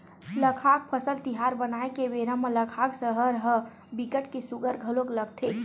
लद्दाख फसल तिहार मनाए के बेरा म लद्दाख सहर ह बिकट के सुग्घर घलोक लगथे